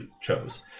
chose